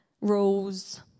rules